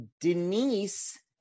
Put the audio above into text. Denise